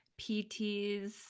PTs